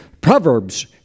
Proverbs